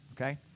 Okay